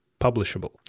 publishable